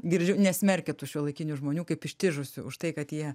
girdžiu nesmerkiat tų šiuolaikinių žmonių kaip ištižusių už tai kad jie